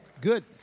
good